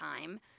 time